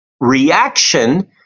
reaction